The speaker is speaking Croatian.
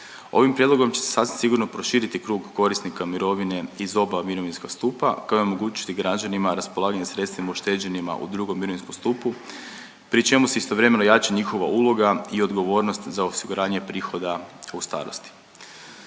Ovim prijedlogom će se sasvim sigurno proširiti krug korisnika mirovine iz oba mirovinskog stupa, kao i omogućiti građanima raspolaganje sredstvima ušteđenima u II. mirovinskom stupu pri čemu se istovremeno jača njihova uloga i odgovornost za osiguranje prihoda u starosti.